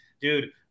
dude